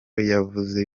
yavuze